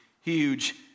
huge